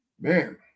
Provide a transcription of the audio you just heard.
Man